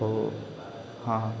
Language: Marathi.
हो हां